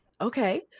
Okay